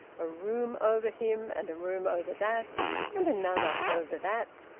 a room over him, and a room over that and another over that,